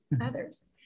others